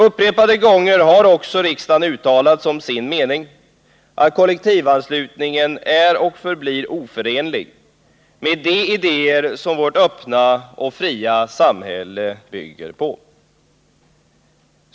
Upprepade gånger har också riksdagen uttalat som sin mening att kollektivanslutningen är och förblir oförenlig med de idéer som vårt öppna och fria samhälle bygger på.